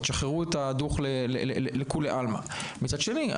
תשחררו את הדוח לכולי עלמא; מצד שני,